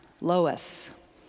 Lois